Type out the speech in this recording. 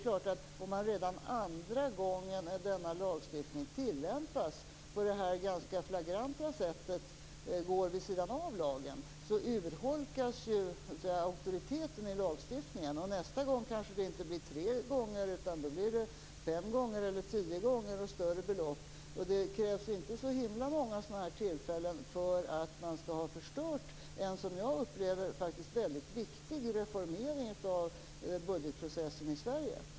Om man redan andra gången denna lagstiftning tillämpas på detta ganska flagranta sätt går vid sidan av lagen urholkas auktoriteten i lagstiftningen. Nästa gång kanske det inte sker tre gånger utan fem gånger eller tio gånger och med större belopp. Det krävs inte så förfärligt många sådana tillfällen för att man skall ha förstört en som jag upplever mycket viktig reformering av budgetprocessen i Sverige.